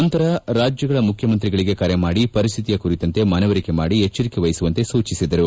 ನಂತರ ರಾಜ್ಯಗಳ ಮುಖ್ಯಮಂತ್ರಿಗಳಗೆ ಕರೆ ಮಾಡಿ ಪರಿಸ್ಥಿತಿಯ ಕುರಿತಂತೆ ಮನವರಿಕೆ ಮಾಡಿ ಎಚ್ಲರಿಕೆ ವಹಿಸುವಂತೆ ಸೂಚಿಸಿದರು